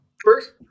first